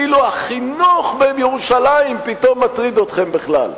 כאילו החינוך בירושלים פתאום מטריד אתכם בכלל.